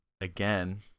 Again